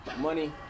Money